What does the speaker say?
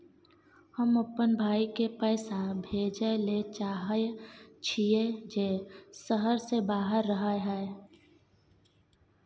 हम अपन भाई के पैसा भेजय ले चाहय छियै जे शहर से बाहर रहय हय